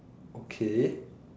okay